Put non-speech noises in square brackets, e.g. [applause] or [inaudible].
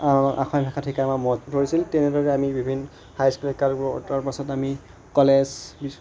অসমীয়া ভাষা শিকাই আমাৰ [unintelligible] তেনেদৰে আমি বিভিন্ন হাইস্কুল [unintelligible] তাৰপাছত আমি কলেজ